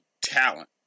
talent